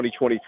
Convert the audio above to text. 2023